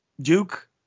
Duke